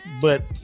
but-